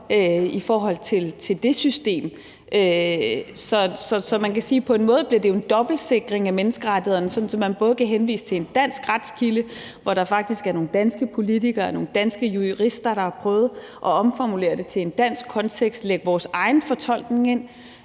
i forhold til det system. Så man kan sige, at det på en måde bliver en dobbeltsikring af menneskerettighederne, sådan at man kan henvise til en dansk retskilde, hvor der faktisk er nogle danske politikere og nogle danske jurister, der har prøvet at omformulere det til en dansk kontekst og lægge vores egen fortolkning ind,